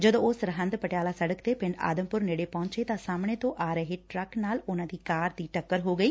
ਜਦੋਂ ਉਹ ਸਰਹਿੰਦ ਪਟਿਆਲਾ ਸੜਕ ਤੇ ਪਿੰਡ ਆਦਮਪੁਰ ਨੇੜੇ ਪਹੁੰਚੇ ਤਾਂ ਸਾਹਮਣੇ ਤੋਂ ਆ ਰਹੇ ਟਰੱਕ ਨਾਲ ਉਨਾਂ ਦੀ ਕਾਰ ਦੀ ਟਕੱਰ ਹੋ ਗਈ